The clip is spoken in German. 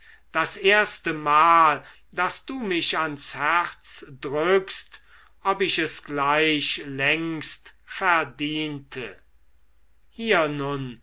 das erstemal daß du mich ans herz drückst ob ich es gleich längst verdiente hier nun